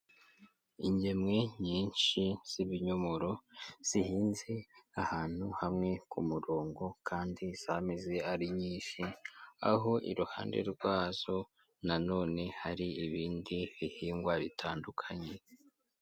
Ingemwe nyinshi z'ibinyomoro zihinze ahantu hamwe ku murongo kandi zameze ari nyinshi, aho iruhande rwazo nanone hari ibindi bihingwa bitandukanye.